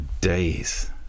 days